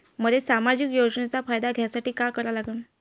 मले सामाजिक योजनेचा फायदा घ्यासाठी काय करा लागन?